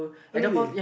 really